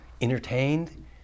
entertained